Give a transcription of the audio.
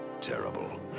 terrible